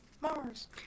Mars